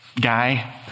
guy